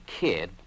kid